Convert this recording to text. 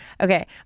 Okay